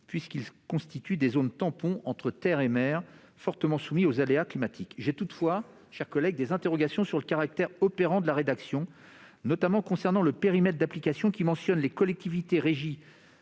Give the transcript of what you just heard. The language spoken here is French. puisqu'ils constituent des zones tampons entre terre et mer fortement soumises aux aléas climatiques. Toutefois, ma chère collègue, je m'interroge sur le caractère opérant de la rédaction retenue. Je pense notamment au périmètre d'application qui mentionne les collectivités régies